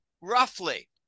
roughly